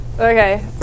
Okay